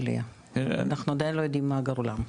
אנחנו עדיין לא יודעים מה גורלם,